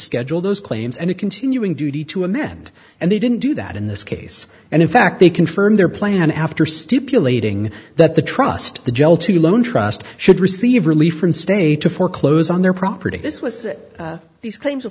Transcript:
schedule those claims and a continuing duty to amend and they didn't do that in this case and in fact they confirmed their plan after stipulating that the trust the jell to loan trust should receive relief from state to foreclose on their property this was these claims